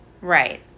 Right